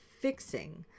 fixing